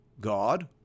God